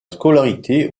scolarité